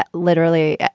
ah literally.